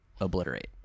obliterate